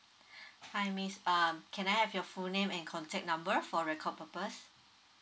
hi miss um can I have your full name and contact number for record purpose